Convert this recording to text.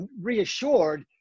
reassured